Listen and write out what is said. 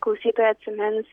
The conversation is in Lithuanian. klausytojai atsimins